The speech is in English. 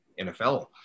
NFL